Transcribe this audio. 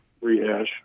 rehash